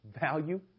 Value